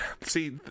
see